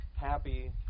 happy